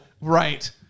right